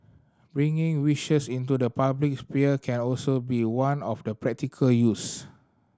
bringing wishes into the public sphere can also be one of the practical use